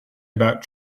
about